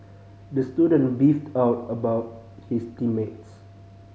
the student beefed of about his team mates